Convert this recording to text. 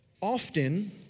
Often